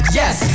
yes